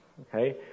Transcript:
okay